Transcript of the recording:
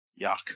Yuck